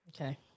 Okay